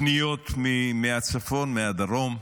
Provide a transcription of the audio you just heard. פניות מהצפון, מהדרום,